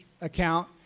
account